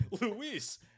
Luis